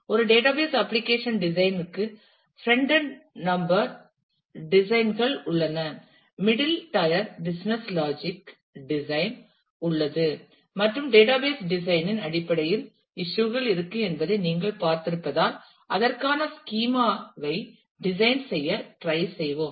ஒரு database application design ற்கு front end number design கள் உள்ளன middle tier business logic design உள்ளது மற்றும் டேட்டாபேஸ் டிசைன் இன் அடிப்படையில் இஸ்யூ கள் இருக்கும் என்பதை நீங்கள் பார்த்திருப்பதால் அதற்கான ஸ்கீமா ஐ டிசைன் செய்ய ட்ரை செய்வோம்